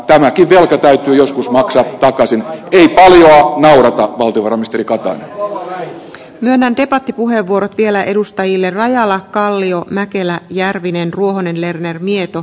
tämäkin velka täytyy joskus maksaa takaisin yhä melko tyrmistyytetään tänään debattipuheenvuorot vielä edustajille rajalla kallion mäkelä järvinen ruohonen lerner mieto